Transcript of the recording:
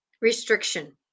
restriction